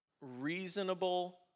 reasonable